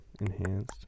Enhanced